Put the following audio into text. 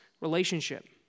relationship